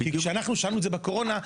כי כששאלנו את זה בקורונה,